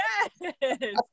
Yes